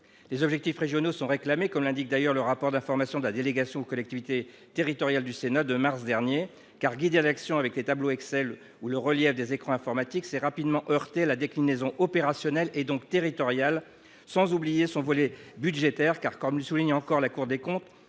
Les objectifs régionaux sont réclamés, comme l’indique d’ailleurs le rapport d’information de la délégation sénatoriale aux collectivités territoriales et à la décentralisation de mars dernier. Le fait de guider l’action avec des tableaux Excel où le relief des écrans informatiques s’est rapidement heurté à la déclinaison opérationnelle, donc territoriale, sans oublier son volet budgétaire. Comme le souligne la Cour des comptes,